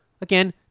Again